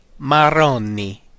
marroni